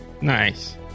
nice